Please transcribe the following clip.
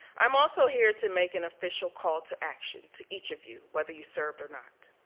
i'm also here to make an official call to action to each of you whether you served or not.